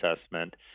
assessment